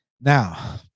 Now